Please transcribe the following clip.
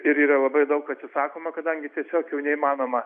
ir yra labai daug atsisakoma kadangi tiesiog jau neįmanoma